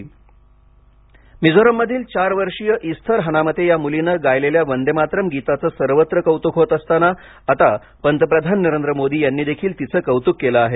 मिझोराम मिझोरममधील चार वर्षीय ईस्थर हनामते या मुलीनं गायलेल्या वंदे मातरम गीताचं सर्वत्र कौतुक होत असताना आता पंतप्रधान नरेंद्र मोदी यांनी देखील तिचं कौतुक केलं आहे